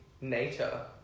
nature